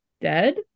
dead